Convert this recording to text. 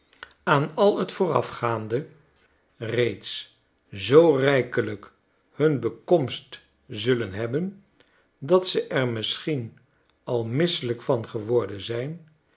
aan al t voorafgaande reeds zoo rijkelijk hun bekomst zullen hebben dat ze r misschien al misselijk van geworden zijn